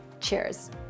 cheers